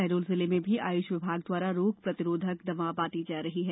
शहडोल जिले में भी आयुष विभाग द्वारा रोग प्रतिरोधक दवा बांटी जा रही है